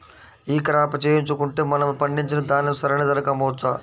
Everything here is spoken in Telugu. ఈ క్రాప చేయించుకుంటే మనము పండించిన ధాన్యం సరైన ధరకు అమ్మవచ్చా?